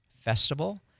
festival